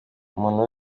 umuntu